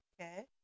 Okay